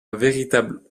véritable